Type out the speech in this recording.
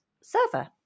server